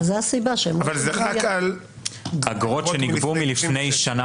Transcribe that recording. זאת הסיבה שהם לא --- אבל זה רק על --- אגרות שנגבו מלפני שנה